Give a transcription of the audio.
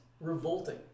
revolting